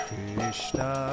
Krishna